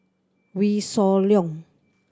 Wee Shoo Leong